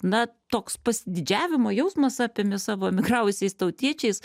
na toks pasididžiavimo jausmas apėmė savo emigravusiais tautiečiais